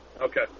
Okay